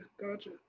gotcha